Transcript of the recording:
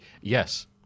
yes